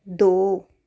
ਦੋ